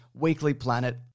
weeklyplanet